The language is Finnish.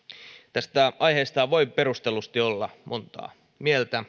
tästä aiheesta voi perustellusti olla montaa mieltä